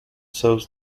serves